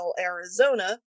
arizona